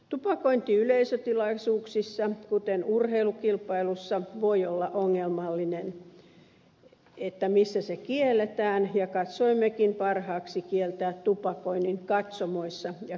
tupakointi yleisötilaisuuksissa kuten urheilukilpailussa voi olla ongelmallista sen suhteen missä se kielletään ja katsoimmekin parhaaksi kieltää tupakoinnin katsomoissa ja katoksissa